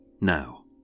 Now